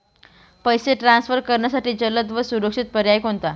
पैसे ट्रान्सफर करण्यासाठी जलद व सुरक्षित पर्याय कोणता?